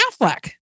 Affleck